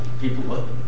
people